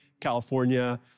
California